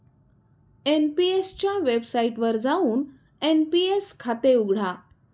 NPS च्या वेबसाइटवर जाऊन एन.पी.एस खाते उघडा